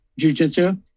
jujitsu